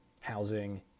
housing